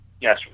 Yes